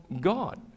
God